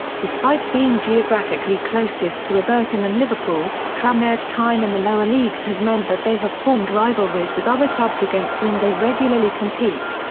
despite being geographically closest to everton and liverpool, tranmere's time in the lower leagues has meant that they have formed rivalries with other clubs against whom they regularly compete.